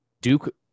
Duke